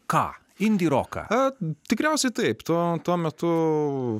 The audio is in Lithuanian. ką indi roką tikriausiai taip tuo tuo metu